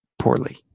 poorly